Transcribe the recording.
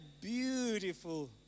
beautiful